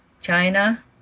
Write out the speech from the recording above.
China